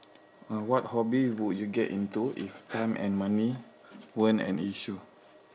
ah what hobby would you get into if time and money weren't an issue